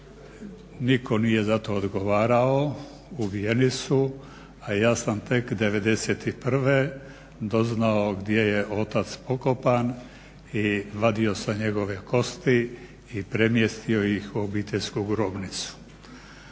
Nitko nije za to odgovarao, ubijeni su, a ja sam tek 1991. doznao gdje je otac pokopan i vadio sam njegove kosti i premjestio ih u obiteljsku grobnicu.